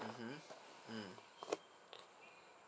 mmhmm mm